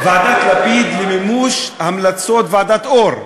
ועדת לפיד למימוש המלצות ועדת אור.